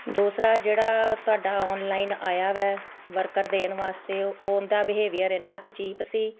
ਦੂਸਰਾ ਜਿਹੜਾ ਤੁਹਾਡਾ ਔਨਲਾਈਨ ਆਇਆ ਹੈ ਵਰਕਰ ਦੇਣ ਵਾਸਤੇ ਉਹਨਾ ਦਾ ਬਿਹੇਵੀਅਰ ਇੰਨਾ ਕੁ ਚੀਪ ਸੀ